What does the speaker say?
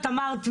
את אמרת,